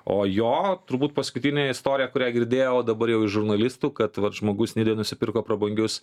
o jo turbūt paskutinė istorija kurią girdėjau dabar jau iš žurnalistų kad vat žmogus nidoj nusipirko prabangius